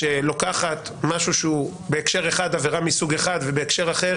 שלוקחת משהו שהוא בהקשר אחד עבירה מסוג אחד ובהקשר אחר